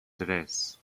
tres